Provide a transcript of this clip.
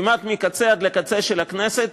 כמעט מקצה עד לקצה של הכנסת,